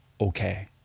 okay